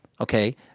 Okay